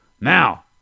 Now